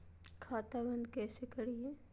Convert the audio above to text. खाता बंद कैसे करिए?